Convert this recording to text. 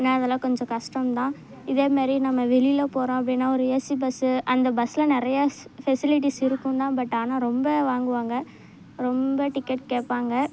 ஆனால் அதெல்லாம் கொஞ்சம் கஷ்டம்தான் இதே மாரி நம்ம வெளியில் போகிறோம் அப்படின்னா ஒரு ஏசி பஸ்ஸு அந்த பஸ்ஸில் நிறையா ஃபெசிலிட்டிஸ் இருக்கும்தான் பட் ஆனால் ரொம்ப வாங்குவாங்க ரொம்ப டிக்கெட் கேட்பாங்க